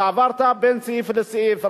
ועברת בין סעיף לסעיף.